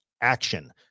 action